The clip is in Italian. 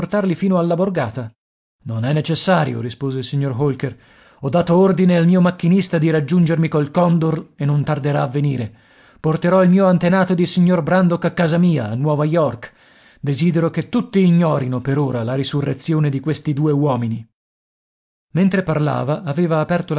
fino alla borgata non è necessario rispose il signor holker ho dato ordine al mio macchinista di raggiungermi col condor e non tarderà a venire porterò il mio antenato ed il signor brandok a casa mia a nuova york desidero che tutti ignorino per ora la risurrezione di questi due uomini mentre parlava aveva aperto